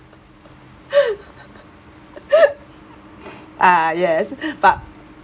uh yes but